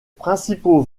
principaux